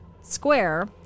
square